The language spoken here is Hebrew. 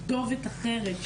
בכתובת אחרת ,